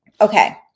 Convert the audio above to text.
Okay